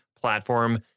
platform